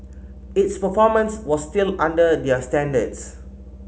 its performance was still under their standards